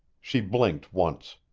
she blinked once.